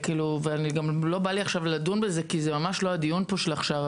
וגם לא בא לי עכשיו לדון בזה כי זה ממש לא הדיון פה עכשיו,